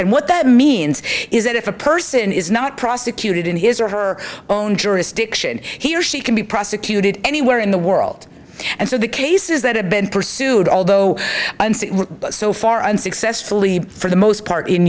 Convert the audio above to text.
and what that means is that if a person is not prosecuted in his or her own jurisdiction he or she can be prosecuted anywhere in the world and so the cases that have been pursued although so far unsuccessfully for the most part in